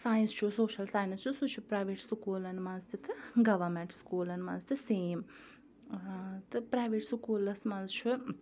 science چھُ social science چھُ سُہ چھُ پرٛایویٹ سکوٗلَن منٛز تہِ تہٕ گورمیٚنٛٹ سکوٗلَن منٛز تہِ سیم تہٕ پرٛایویٹ سکوٗلَس منٛز چھُ